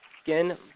Again